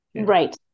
Right